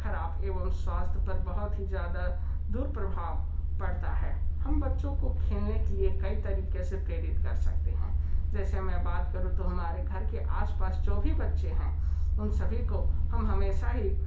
ख़राब एवं स्वास्थय पर बहुत ही ज़्यादा दुर्प्रभाव पड़ता है हम बच्चों को खेलने के लिए कई तरीके से प्रेरित कर सकते हैं जैसे मैं बात करूँ तो हमारे घर के आसपास जो भी बच्चे हैं उन सभी को हम हमेशा ही